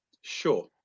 Sure